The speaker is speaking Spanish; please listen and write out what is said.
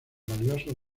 valiosos